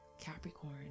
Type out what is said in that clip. Capricorn